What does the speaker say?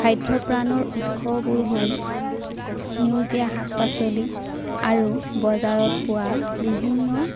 খাদ্যপ্ৰাণৰ উৎসবোৰ হ'ল সেউজীয়া শাক পাচলি আৰু বজাৰত পোৱা বিভিন্ন